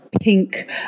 Pink